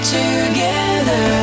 together